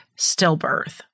stillbirth